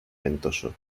ventoso